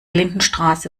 lindenstraße